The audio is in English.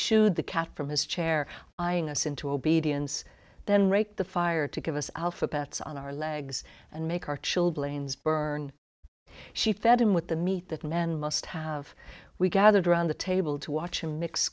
should the cat from his chair eyeing us into obedience then rake the fire to give us alphabets on our legs and make our chilblains burn she fed him with the meat that men must have we gathered around the table to watch him mix